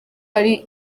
ari